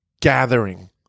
gathering